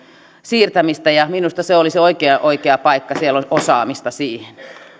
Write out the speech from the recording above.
siirtämistä ja minusta se olisi oikea oikea paikka siellä on osaamista siihen